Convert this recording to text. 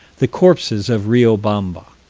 the corpses of riobamba.